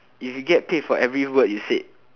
if you get paid for every word you said